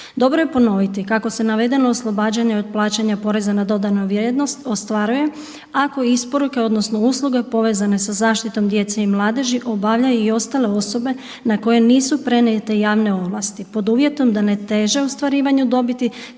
Dobro je ponoviti kako se navedena oslobađanja od plaćanja poreza na dodanu vrijednost ostvaruje ako isporuke odnosno usluge povezane sa zaštitom djece i mladeži obavljaju i ostale osobe na koje nisu prenijete javne ovlasti pod uvjetom da ne teže ostvarivanju dobiti,